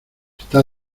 está